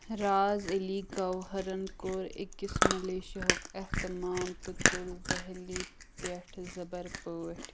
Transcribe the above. راز علی گوہرن کوٚر أکِس مِلیشیاہُک اہتمام تہٕ ژوٚل دہلی پٮ۪ٹھ زَبر پٲٹھۍ